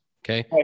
Okay